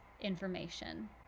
information